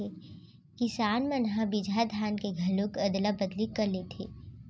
किसान मन ह बिजहा धान के घलोक अदला बदली कर लेथे